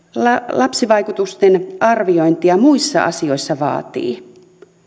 lapsivaikutusten arviointia muissa asioissa vaatii